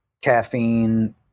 caffeine